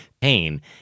pain